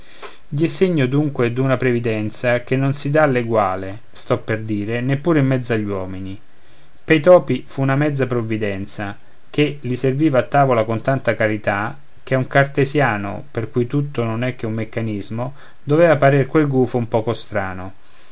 dié segno dunque d'una previdenza che non si dà l'eguale sto per dire neppure in mezzo agli uomini pei topi fu una mezza provvidenza ché li serviva a tavola con tanta carità che a un cartesiano per cui tutto non è che un meccanismo dovea parer quel gufo un poco strano